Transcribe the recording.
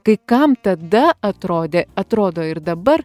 kai kam tada atrodė atrodo ir dabar